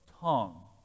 tongue